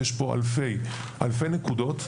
יש פה אלפי נקודות,